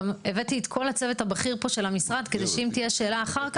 כל הצוות הבכיר פה של המשרד כדי שאם תהיה שאלה אחר כך,